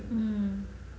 mm